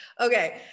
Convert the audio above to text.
Okay